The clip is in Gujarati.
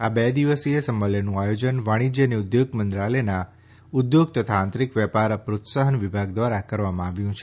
આ બે દિવસીય સંમેલનનું આયોજન વાણિષ્ઠ્ય અને ઉદ્યોગ મંત્રાલયનાં ઉદ્યોગ તથા આંતરીક વેપાર પ્રોત્સાહન વિભાગ દ્વારા કરવામાં આવ્યું છે